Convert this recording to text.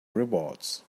rewards